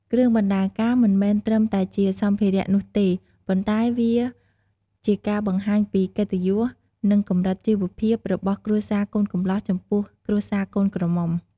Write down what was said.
គ្រឿងបណ្ណាការ មិនមែនត្រឹមតែជាសម្ភារៈនោះទេ ប៉ុន្តែវាជាការបង្ហាញពី កិត្តិយស និងកម្រិតជីវភាព របស់គ្រួសារកូនកំលោះចំពោះគ្រួសារកូនក្រមុំ។